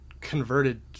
converted